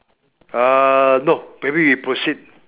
uh no maybe we proceed